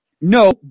No